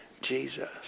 Jesus